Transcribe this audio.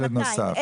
ילד נוסף.